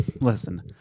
listen